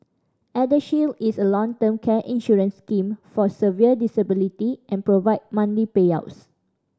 ElderShield is a long term care insurance scheme for severe disability and provide payouts